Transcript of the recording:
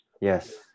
yes